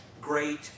great